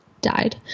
died